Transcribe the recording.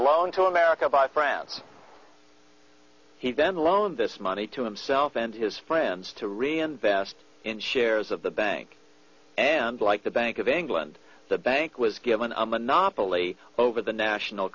loan to america by friends he then loan this money to himself and his friends to reinvest in shares of the bank and like the bank of england the bank was given a monopoly over the national